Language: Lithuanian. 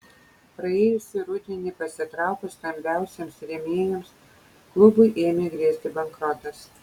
praėjusį rudenį pasitraukus stambiausiems rėmėjams klubui ėmė grėsti bankrotas